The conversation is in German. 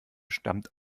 stammt